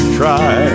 try